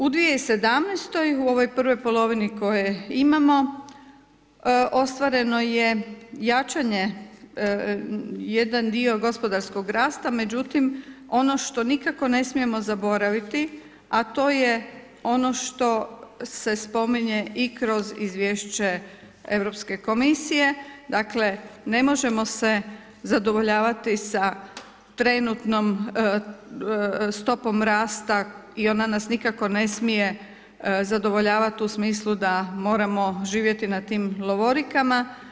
U 2017. u ovoj prvoj polovini koje imamo ostvareno je jačanje jedan dio gospodarskog rasta, međutim, ono što nikad ne smijemo zaboraviti, a to je, ono što se spominje i kroz izvješće Europske komisije, dakle, ne možemo se zadovoljavati sa trenutnom stopom rasta i ona nas nikako ne smije zadovoljavati u smislu da moramo živjeti na tim lovorikama.